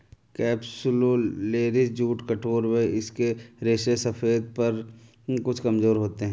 capsularis jute कठोर व इसके रेशे सफेद पर कुछ कमजोर होते हैं